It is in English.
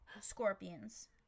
scorpions